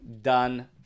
done